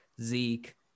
Zeke